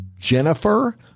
Jennifer